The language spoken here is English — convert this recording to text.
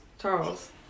Charles